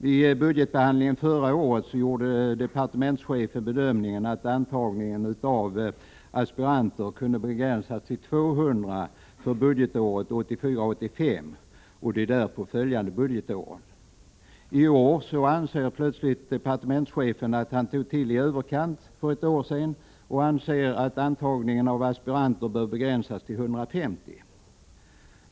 Vid budgetbehandlingen förra året gjorde departementschefen bedömningen att antagningen av aspiranter kunde begränsas till 200 för budgetåret 1984/85 och de därpå följande budgetåren. I år anser plötsligt departementschefen att han för ett år sedan tog till i överkant och menar att antagningen av aspiranter bör begränsas till 150.